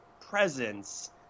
presence